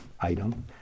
item